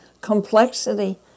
complexity